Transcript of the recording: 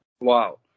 Wow